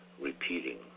repeating